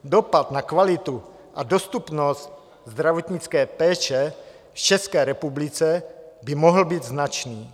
Dopad na kvalitu a dostupnost zdravotnické péče v České republice by mohl být značný.